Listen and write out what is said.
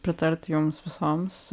pritarti jums visoms